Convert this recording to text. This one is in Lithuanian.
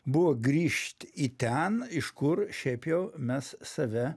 buvo grįžt į ten iš kur šiaip jau mes save